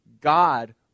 god